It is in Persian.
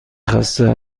خسته